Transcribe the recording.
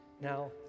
now